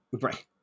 Right